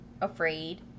afraid